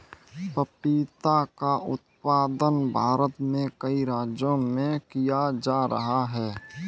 पपीता का उत्पादन भारत में कई राज्यों में किया जा रहा है